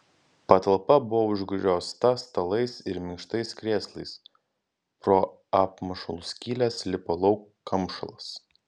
patalpa buvo užgriozta stalais ir minkštais krėslais pro apmušalų skyles lipo lauk kamšalas